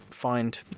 find